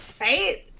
Right